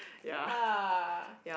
ya